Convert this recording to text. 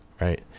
Right